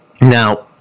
Now